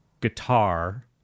guitar